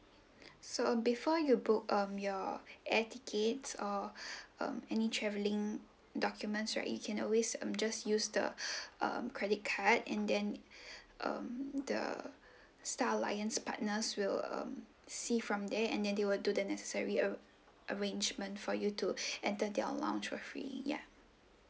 so uh before you book um your air tickets or um any travelling documents right you can always um just use the um credit card and then um the star alliance partners will um see from there and then they will do the necessary arr~ arrangement for you to enter their lounge for free ya